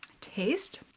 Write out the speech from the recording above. taste